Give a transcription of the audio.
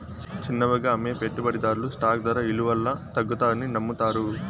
చిన్నవిగా అమ్మే పెట్టుబడిదార్లు స్టాక్ దర ఇలవల్ల తగ్గతాదని నమ్మతారు